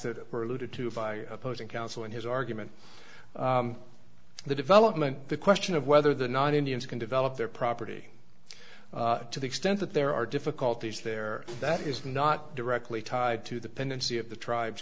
that were alluded to by opposing counsel and his argument the development the question of whether the non indians can develop their property to the extent that there are difficulties there that is not directly tied to the tendency of the tribes